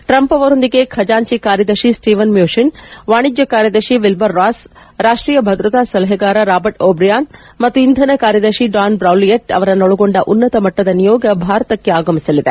Trump ಅಮೊಂದಿಗೆ ಖಜಾಂಚಿ ಕಾರ್ಯದರ್ಶಿ ಸ್ಟೀವನ್ ಮ್ಕೂಚಿನ್ ವಾಣಿಜ್ಯ ಕಾರ್ಯದರ್ಶಿ ವಿಲ್ವರ್ ರಾಸ್ ರಾಷ್ಟೀಯ ಭದ್ರತಾ ಸಲಪೆಗಾರ ರಾಬರ್ಟ್ ಒಬ್ರಿಯಾನ್ ಮತ್ತು ಇಂಧನ ಕಾರ್ಯದರ್ಶಿ ಡಾನ್ ಚೌಲಿಯಟ್ ಅವರನ್ನೊಳಗೊಂಡ ಉನ್ನತ ಮಟ್ಟದ ನಿಯೋಗ ಭಾರತಕ್ಕೆ ಆಗಮಿಸಲಿದೆ